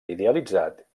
idealitzat